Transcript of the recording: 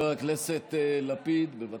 בבקשה.